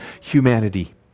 humanity